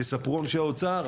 יספרו אנשי האוצר.